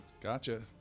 Gotcha